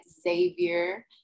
Xavier